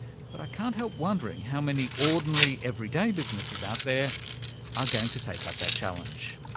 but i can't help wondering how many ordinary, everyday businesses out there are going to take up that challenge.